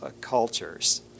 cultures